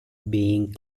being